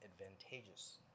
advantageous